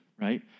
right